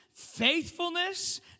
faithfulness